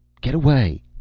get away.